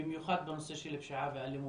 במיוחד בנושא של פשיעה ואלימות.